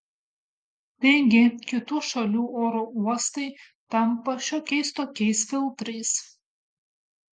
taigi kitų šalių oro uostai tampa šiokiais tokiais filtrais